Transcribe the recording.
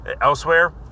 elsewhere